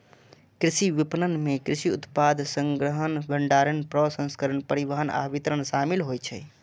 कृषि विपणन मे कृषि उत्पाद संग्रहण, भंडारण, प्रसंस्करण, परिवहन आ वितरण शामिल होइ छै